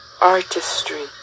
artistry